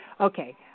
Okay